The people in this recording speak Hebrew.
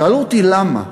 שאלו אותי: למה?